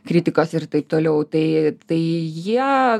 kritikas ir taip toliau tai tai jie